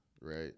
right